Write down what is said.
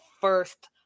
first